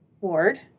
ward